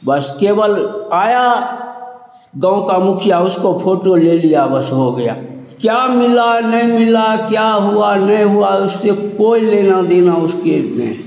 बस केवल आया गाँव का मुखिया उसको फोटो ले लिया बस हो गया क्या मिला नहीं मिला क्या हुआ नहीं हुआ उससे कोई लेना देना उसको नहीं